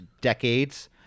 decades